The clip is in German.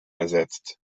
ersetzt